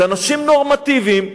שאנשים נורמטיבים,